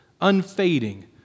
unfading